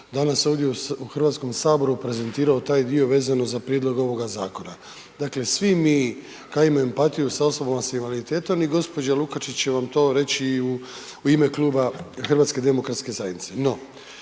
danas ovdje u Hrvatskom saboru prezentirao taj dio vezano za prijedlog ovoga zakona. Dakle, svi mi kao imamo empatiju s osobama s invaliditetom i gospođa Lukačić će vam to reći u ime Kluba HDZ-a. No, trebate biti